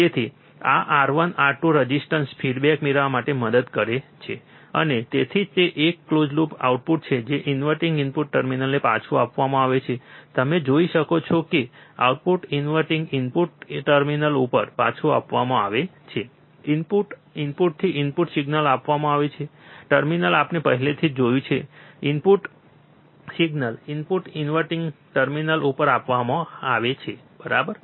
તેથી આ R1 R2 resistor feedback મેળવવા માટે મદદ કરે છે અને તેથી જ તે એક કલોઝ લૂપ આઉટપુટ છે જે ઇન્વર્ટીંગ ઇનપુટ ટર્મિનલને પાછું આપવામાં આવે છે તમે જોઈ શકો છો કે આઉટપુટ ઇનવર્ટીંગ ઇનપુટ ટર્મિનલ ઉપર પાછું આપવામાં આવે છે ઇનપુટ ઇનપુટથી ઇનપુટ સિગ્નલ આપવામાં આવે છે ટર્મિનલ આપણે પહેલેથી જ જોયું છે input signal inverting input terminal ઉપર આપવામાં આવે છે બરાબર